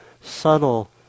subtle